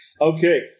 Okay